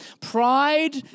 Pride